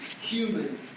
human